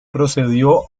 procedió